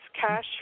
cash